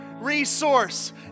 Resource